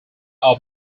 are